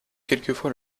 quelquefois